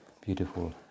beautiful